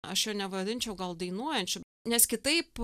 aš jo nevadinčiau gal dainuojančiu nes kitaip